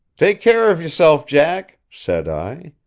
take care of yourself, jack, said i.